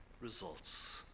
results